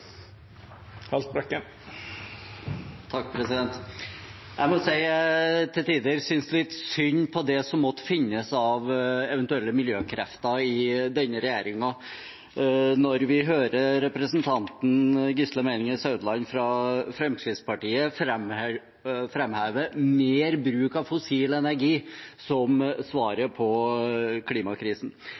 Jeg må si at jeg til tider synes litt synd på det som måtte finnes av eventuelle miljøkrefter i denne regjeringen når vi hører representanten Gisle Meininger Saudland fra Fremskrittspartiet framheve mer bruk av fossil energi som svar på klimakrisen.